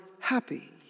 Happy